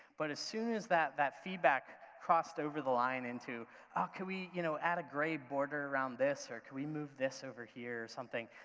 but as soon as that that feedback crossed over the line into ah could we you know add a gray border around this or could we move this over here or something,